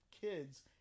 kids